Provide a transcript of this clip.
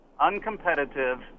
uncompetitive